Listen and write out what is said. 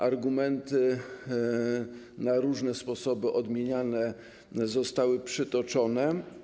Argumenty, na różne sposoby odmieniane, zostały przytoczone.